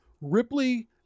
Ripley